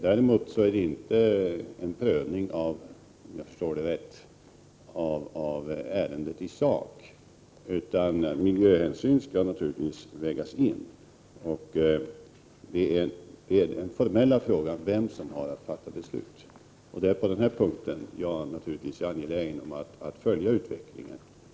Däremot är det, om jag har förstått det rätt, inte fråga om en prövning av ärendet i sak, utan miljöhänsyn skall naturligtvis vägas in. Den formella frågan är vem som skall fatta beslut. På denna punkt är jag angelägen att följa utvecklingen.